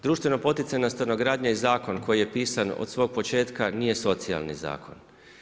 Društveno poticajna stanogradnja i zakon koji je pisan od svog početka nije socijalni zakon.